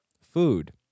food